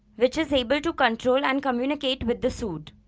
which is able to control and communicate with the suit.